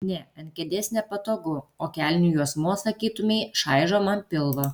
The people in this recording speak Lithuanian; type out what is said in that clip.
ne ant kėdės nepatogu o kelnių juosmuo sakytumei čaižo man pilvą